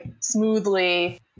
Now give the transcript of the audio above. smoothly